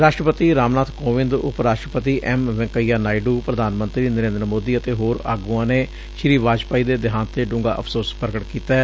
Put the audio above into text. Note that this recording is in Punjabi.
ਰਾਸਟਰਪਤੀ ਰਾਮਨਾਥ ਕੋਵਿੰਦ ਉਪ ਰਾਸਟਰਪਤੀ ਐਮ ਵੈ'ਕਈਆ ਨਾਇਡੂ ਪ੍ਰਧਾਨ ਮੰਤਰੀ ਨਰੇ'ਦਰ ਮੋਦੀ ਅਤੇ ਹੋਰ ਆਗੁਆ ਨੇ ਸ੍ਰੀ ਵਾਜਪਾਈ ਦੇ ਦਿਹਾਂਤ ਤੇ ਡੰਘਾ ਅਫਸੋਸ ਪੁਗਟ ਕੀਤੈ